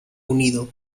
unido